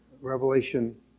Revelation